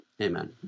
Amen